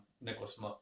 Nicholas